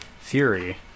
Fury